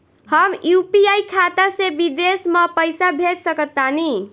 हम यू.पी.आई खाता से विदेश म पइसा भेज सक तानि?